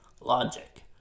logic